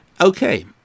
okay